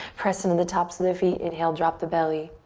press into the tops of the feet. inhale, drop the belly.